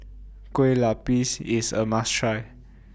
Kueh Lupis IS A must Try